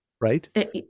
right